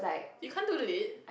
you can't do it